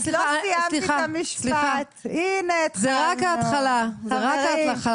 זו רק ההתחלה.